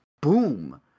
boom